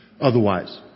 otherwise